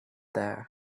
there